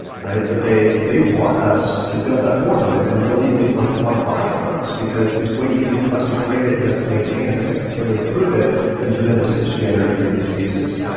but they they want us to build that for them and they'll even like want to buy it from us, because it's way easier for us to create it and us to maintain it and us to continually approve it than for them to stitch together you know these pieces.